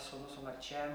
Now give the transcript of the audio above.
sūnus su marčia